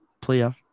player